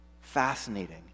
fascinating